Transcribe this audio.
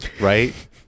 Right